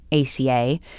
ACA